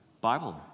Bible